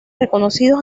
reconocidos